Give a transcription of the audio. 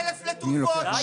4,000 לתרופות,